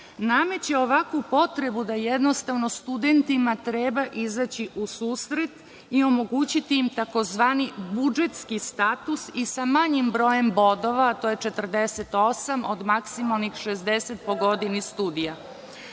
nameće ovakvu potrebu da jednostavno studentima treba izaći u susret i omogućiti im tzv. budžetski status sa manjim brojem bodova, to je 48 od maksimalnih 60 po godini studija. Takođe